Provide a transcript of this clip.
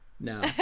no